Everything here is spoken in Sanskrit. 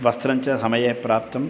वस्त्रञ्च समये प्राप्तम्